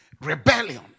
rebellion